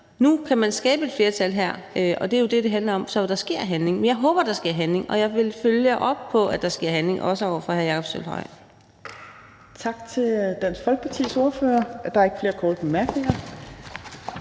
Nu kan man skabe et flertal her, og det er jo det, det handler om, så der sker handling – jeg håber, der sker handling – og jeg vil følge op på, at der sker handling, også over for hr. Jakob Sølvhøj. Kl. 20:36 Fjerde næstformand (Trine Torp): Tak til Dansk Folkepartis ordfører. Der er ikke flere korte bemærkninger.